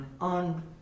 on